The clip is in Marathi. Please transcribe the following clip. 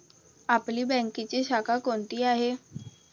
आपली बँकेची शाखा कोणती आहे